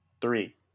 Three